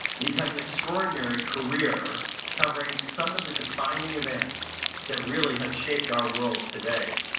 he's had an extraordinary career covering some of the defining events that really have shaped our world today.